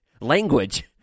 Language